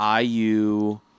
IU